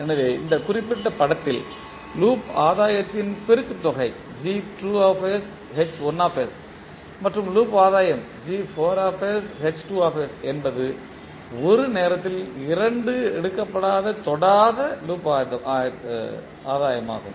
எனவே இந்த குறிப்பிட்ட படத்தில் லூப் ஆதாயத்தின் பெருக்குத் தொகை மற்றும் லூப் ஆதாயம் என்பது ஒரு நேரத்தில் இரண்டு எடுக்கப்பட்ட தொடாத லூப் ஆதாயமாகும்